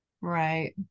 right